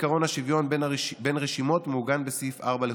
עקרון השוויון בין רשימות מעוגן בסעיף 4 לחוק-יסוד: